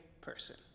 person